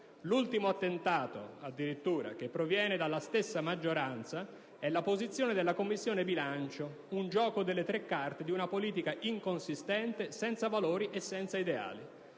L'ultimo attentato - addirittura - che proviene dalla stessa maggioranza è la posizione della Commissione bilancio: un gioco delle tre carte di una politica inconsistente, senza valori e senza ideali.